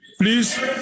Please